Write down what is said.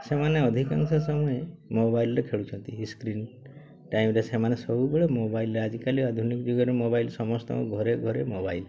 ସେମାନେ ଅଧିକାଂଶ ସମୟ ମୋବାଇଲ୍ରେ ଖେଳୁଛନ୍ତି ସ୍କ୍ରିନ୍ ଟାଇମ୍ରେ ସେମାନେ ସବୁବେଳେ ମୋବାଇଲ୍ ଆଜିକାଲି ଆଧୁନିକ ଯୁଗରେ ମୋବାଇଲ୍ ସମସ୍ତଙ୍କ ଘରେ ଘରେ ମୋବାଇଲ୍